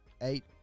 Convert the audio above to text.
eight